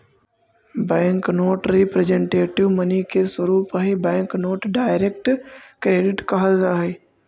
bank note representative money के स्वरूप हई बैंक नोट डायरेक्ट क्रेडिट कहल जा हई